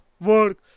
work